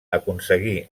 aconseguí